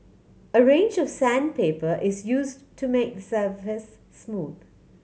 a range of sandpaper is used to make the surface smooth